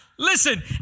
Listen